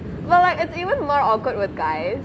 well like it's even more awkward with guys